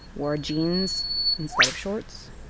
wore jeans instead of shorts,